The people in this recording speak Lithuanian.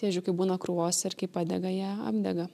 ežliukai būna krūvose ir kai padega jie apdega